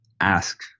ask